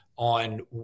on